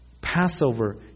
Passover